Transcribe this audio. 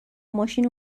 ماشین